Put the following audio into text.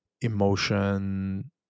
emotion